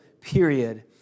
period